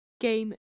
game